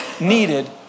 needed